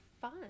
fun